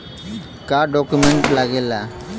का डॉक्यूमेंट लागेला?